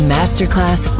Masterclass